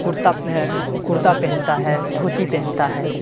کرتا کرتا پہنتا ہے دھوتی پہنتا ہے